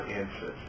answer